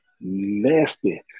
nasty